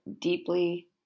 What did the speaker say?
deeply